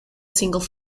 single